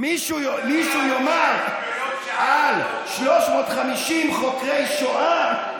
מישהו יאמר על 350 חוקרי שואה,